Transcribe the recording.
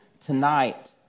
tonight